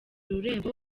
rurembo